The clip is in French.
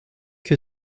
que